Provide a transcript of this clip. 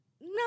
No